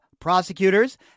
Prosecutors